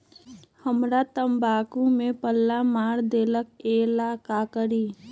हमरा तंबाकू में पल्ला मार देलक ये ला का करी?